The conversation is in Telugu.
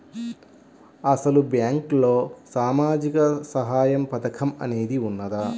అసలు బ్యాంక్లో సామాజిక సహాయం పథకం అనేది వున్నదా?